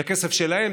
זה כסף שלהם,